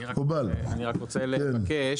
אני רק רוצה לבקש,